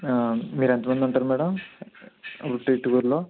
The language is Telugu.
మీరెంతమంది ఉంటారు మేడమ్